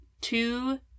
two